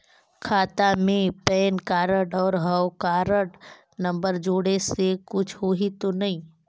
खाता मे PAN card और हव कारड नंबर जोड़े से कुछ होही तो नइ?